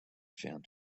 found